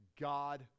God